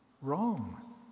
wrong